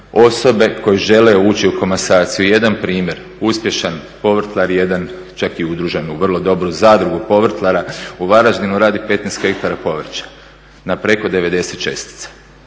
osobe koji žele ući u komasaciju. Jedan primjer uspješan je povrtlar jedan čak je udružen u vrlo dobru zadrugu povrtlara u Varaždinu, radi 15 hektara povrća na preko 90 čestica.